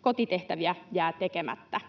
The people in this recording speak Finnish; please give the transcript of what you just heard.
Kotitehtäviä jää tekemättä.